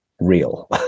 real